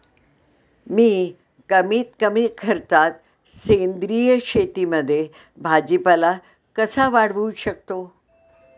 मी कमीत कमी खर्चात सेंद्रिय शेतीमध्ये भाजीपाला कसा वाढवू शकतो?